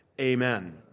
Amen